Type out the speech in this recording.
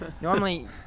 Normally